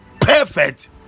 perfect